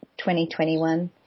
2021